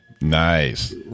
Nice